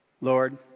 Lord